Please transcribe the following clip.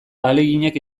ahaleginak